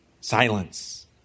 Silence